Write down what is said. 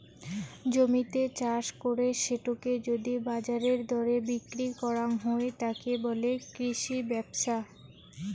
জমিতে চাষ করে সেটোকে যদি বাজারের দরে বিক্রি করাং হই, তাকে বলে কৃষি ব্যপছা